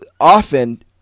often